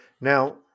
now